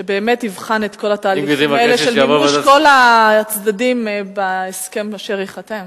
שבאמת יבחן את כל התהליכים האלה של מימוש כל הצדדים בהסכם אשר ייחתם.